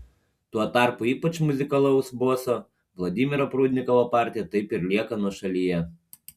tuo tarpu ypač muzikalaus boso vladimiro prudnikovo partija taip ir lieka nuošalyje